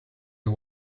you